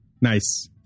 Nice